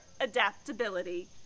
adaptability